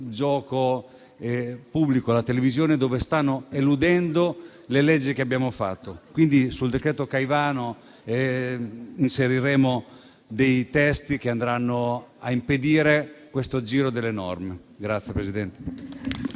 gioco pubblico alla televisione, dove stanno eludendo le leggi che abbiamo fatto. Quindi sul decreto Caivano inseriremo dei testi che andranno a impedire questo aggiro delle norme.